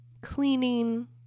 cleaning